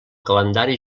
calendari